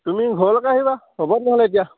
তুমি ঘৰলৈকে আহিবা হ'ব তেনেহ'লে এতিয়া